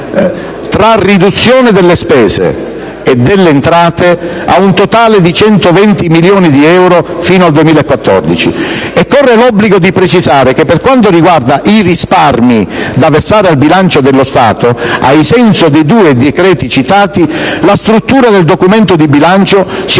tra riduzione delle spese ed entrate, ad un totale di 120 milioni di euro fino al 2014. Corre l'obbligo di precisare che, per quanto riguarda i risparmi da versare al bilancio dello Stato ai sensi dei due decreti citati, la struttura del documento di bilancio si